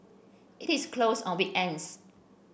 it is closed on weekends